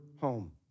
home